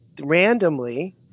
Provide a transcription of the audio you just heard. randomly